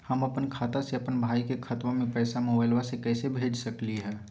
हम अपन खाता से अपन भाई के खतवा में पैसा मोबाईल से कैसे भेज सकली हई?